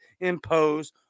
impose